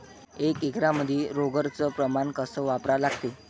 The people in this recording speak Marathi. एक एकरमंदी रोगर च प्रमान कस वापरा लागते?